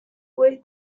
within